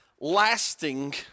lasting